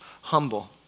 humble